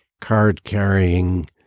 card-carrying